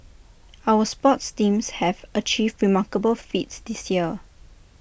our sports teams have achieved remarkable feats this year